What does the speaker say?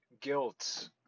guilt